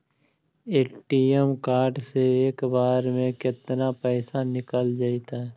ATM card से एक बार में केतना पैसा निकल जइतै?